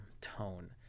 tone